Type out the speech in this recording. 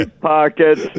pockets